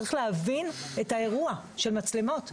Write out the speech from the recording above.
צריך להבין את האירוע של מצלמות,